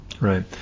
Right